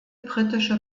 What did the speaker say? britische